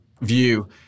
view